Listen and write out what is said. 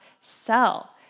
sell